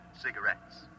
cigarettes